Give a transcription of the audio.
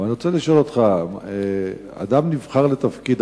אבל אני רוצה לשאול אותך: אדם נבחר לתפקיד,